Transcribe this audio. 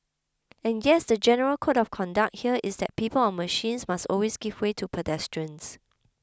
and yes the general code of conduct here is that people on machines must always give way to pedestrians